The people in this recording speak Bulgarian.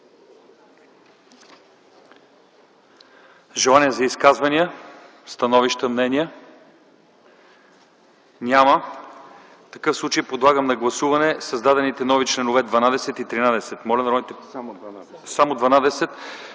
Желание за изказвания, становища, мнения? Няма. В такъв случай подлагам на гласуване създадения нов чл. 12. Моля народните